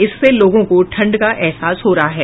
इससे लोगों को ठंड का अहसास हो रहा है